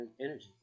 energy